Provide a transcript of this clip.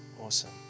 Awesome